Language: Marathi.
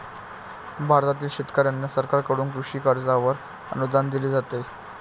भारतातील शेतकऱ्यांना सरकारकडून कृषी कर्जावर अनुदान दिले जाते